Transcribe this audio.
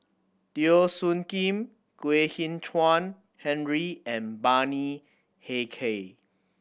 Teo Soon Kim Kwek Hian Chuan Henry and Bani Haykal